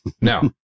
Now